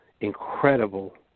incredible